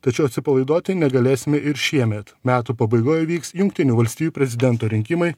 tačiau atsipalaiduoti negalėsime ir šiemet metų pabaigoj vyks jungtinių valstijų prezidento rinkimai